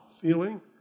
feeling